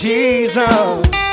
Jesus